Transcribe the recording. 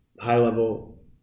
high-level